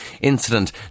incident